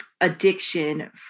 addiction